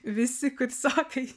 visi kursiokai